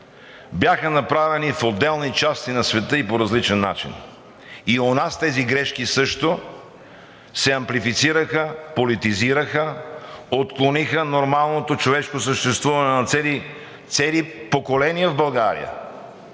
бяха направени в отделни части на света и по-различен начин, като у нас тези грешки също се амплифицираха, политизираха, отклониха нормалното човешко съществуване на цели поколения в България.